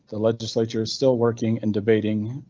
the legislature is still working and debating.